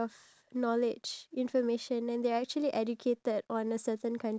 uh I you know I told you I planted my potato